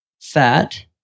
Fat